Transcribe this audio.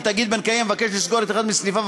כי תאגיד בנקאי המבקש לסגור את אחד מסניפיו